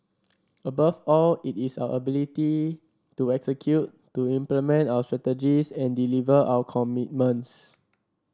above all it is our ability to execute to implement our strategies and deliver our commitments